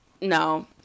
no